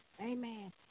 Amen